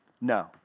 No